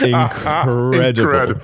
incredible